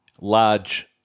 large